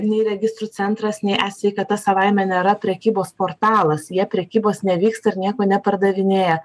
nei registrų centras nei e sveikata savaime nėra prekybos portalas jie prekybos nevyksta ir nieko nepardavinėja